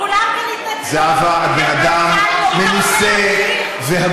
כולם כאן התנצלו, זהבה, את בן אדם מנוסה והגון